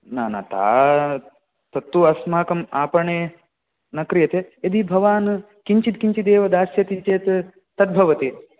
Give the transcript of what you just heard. न न ता तत्तु अस्माकम् आपणे न क्रीयते यदि भवान् किञ्चित् किञ्चिदेव दास्यति चेत् तद्भवति